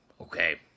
okay